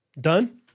Done